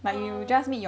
uh